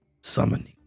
summoning